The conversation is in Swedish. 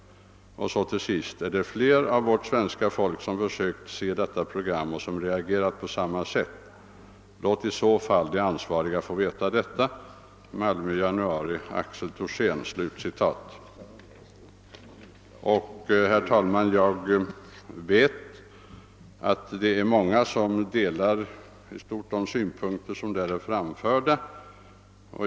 Till sist. är det fler av vårt svenska folk, som försökt se detta program och som reagerat på samma sätt? Låt i så fall de ansvariga få veta detta. Herr talman! Jag vet att det är många som i stort delar de åsikter som där är framförda.